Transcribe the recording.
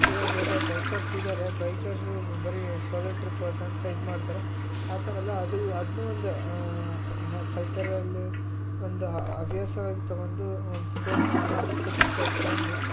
ಕೆಲವು ಒಬ್ಬರೆಲ್ಲಾ ಬೈಕರ್ಸಿದ್ದಾರೆ ಬೈಕರ್ಸ್ ಬರೀ ಸೋಲೋ ಟ್ರಿಪ್ ಹೋದಂತ ಇದ್ಮಾಡ್ತಾರ ಆ ಥರೆಲ್ಲಾ ಅದು ಅದನ್ನೂ ಒಂದು ಕಲ್ಚರಲ್ ಒಂದು ಹವ್ಯಾಸವಾಗಿ ತಗೊಂಡು ಒಂದು ಸ್ಪೋರ್ಟ್ಮೆನ್ ಸ್ಪಿರಿಟ್ ಟೈಪ್ ತಗೊಂಡು